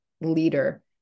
leader